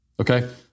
okay